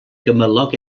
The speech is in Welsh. gymylog